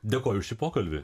dėkoju už šį pokalbį